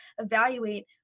evaluate